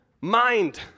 mind